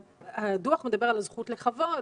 הדוח מדבר על הזכות לכבוד,